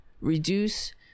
reduce